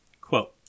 Quote